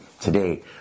today